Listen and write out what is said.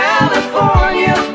California